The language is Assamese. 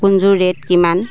কোন যোৰ ৰেট কিমান